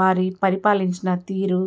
వారి పరిపాలించిన తీరు